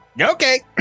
Okay